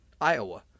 Iowa